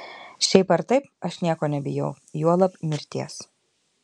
šiaip ar taip aš nieko nebijau juolab mirties